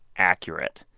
accurate.